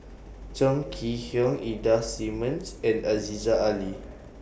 Chong Kee Hiong Ida Simmons and Aziza Ali